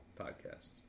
Podcast